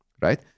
right